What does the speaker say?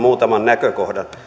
muutaman näkökohdan